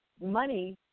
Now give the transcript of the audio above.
money